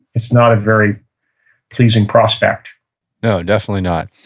it's not a very pleasing prospect no, definitely not.